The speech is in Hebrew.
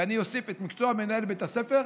ואני אוסיף: את מקצוע מנהל בית הספר,